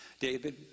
David